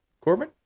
corbin